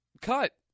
Cut